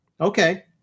Okay